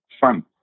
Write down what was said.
fun